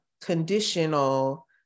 conditional